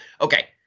Okay